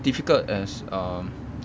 difficult as err